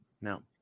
No